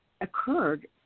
occurred